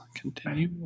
Continue